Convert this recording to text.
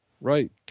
Right